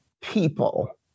people